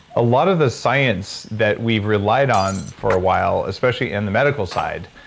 a lot of the science that we've relied on for a while especially in the medical side,